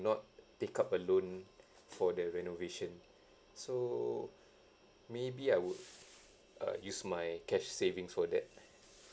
not take up a loan for the renovation so maybe I would uh use my cash savings for that